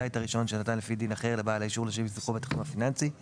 את הרישיון שנתן לפי דין אחר לבעל האישור לשם עיסוקו בתחום הפיננסי,